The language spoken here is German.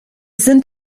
sind